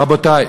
רבותי,